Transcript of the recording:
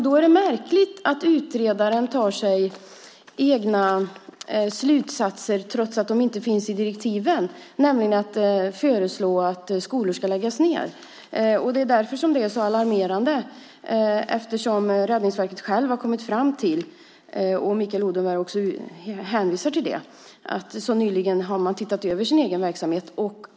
Det är märkligt att utredaren drar sina egna slutsatser, trots att sådant uppdrag inte finns i direktiven, nämligen att föreslå att skolor ska läggas ned. Det är därför det är så alarmerande. Räddningsverket har självt, vilket Mikael Odenberg också hänvisar till, nyligen sett över sin verksamhet.